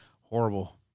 horrible